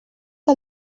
que